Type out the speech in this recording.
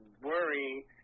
worry